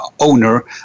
owner